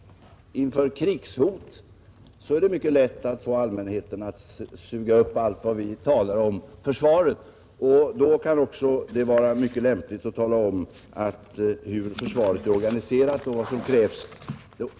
Inför ett krigshot är det mycket lätt att få allmänheten att suga upp allt vad vi säger angående försvaret, och då kan det också vara mycket lämpligt att tala om hur försvaret är organiserat och vad som krävs.